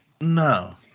No